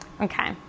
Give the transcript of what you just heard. Okay